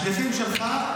השליחים שלך,